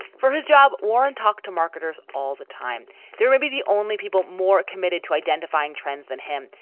for his job, warren talked to marketers all the time. there would be the only people more committed to identifying trends than him.